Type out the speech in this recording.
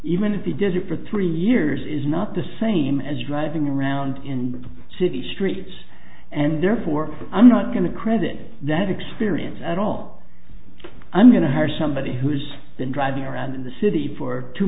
even if he does it for three years is not the same as driving around in the city streets and therefore i'm not going to credit that experience at all i'm going to hire somebody who's been driving around in the city for two